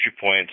points